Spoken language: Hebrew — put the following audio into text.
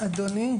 אדוני,